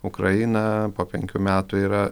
ukraina po penkių metų yra